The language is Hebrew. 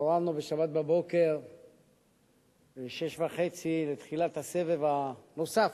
התעוררתי בשבת בבוקר ב-06:30 לתחילת הסבב הנוסף,